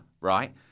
right